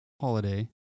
holiday